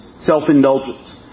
Self-indulgence